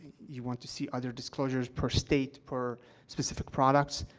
you want to see other disclosures per state, per specific products,